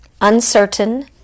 uncertain